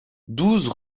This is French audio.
douze